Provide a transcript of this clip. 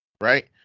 Right